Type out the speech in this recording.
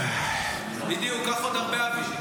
נניח, לממן את החמאס?